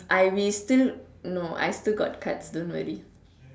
I will still no I still got cards don't worry